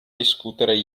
discutere